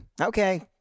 Okay